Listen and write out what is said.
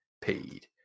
paid